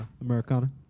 Americana